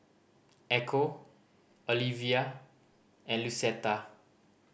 Echo Olevia and Lucetta